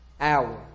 hour